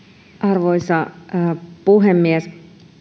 arvoisa puhemies